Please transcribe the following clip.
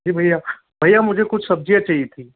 जी भैया भैया मुझे कुछ सब्ज़ियाँ चाहिए थी